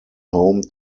home